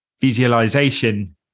visualization